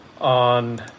on